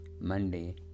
Monday